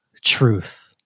truth